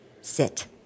Sit